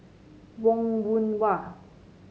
Wong Yoon Wah